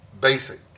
basic